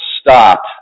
stop